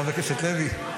חבר הכנסת לוי,